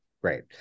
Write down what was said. great